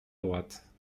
droite